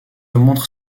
montre